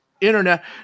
internet